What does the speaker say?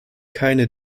keine